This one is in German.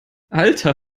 alter